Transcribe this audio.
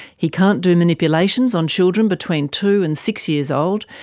he can't do manipulations on children between two and six years old,